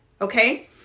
okay